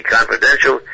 Confidential